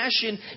passion